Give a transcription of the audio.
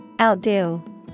Outdo